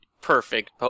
perfect